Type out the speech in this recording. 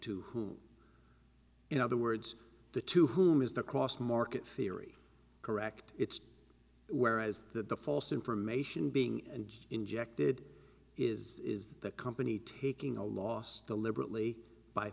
whom in other words the to whom is the cross market theory correct its where is that the false information being injected is is the company taking a loss deliberately by